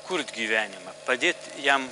kurt gyvenimą padėt jam